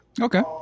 Okay